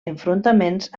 enfrontaments